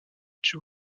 joe